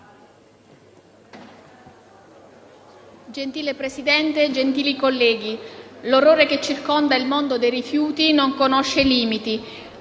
l'orrore che circonda il mondo dei rifiuti non conosce limiti.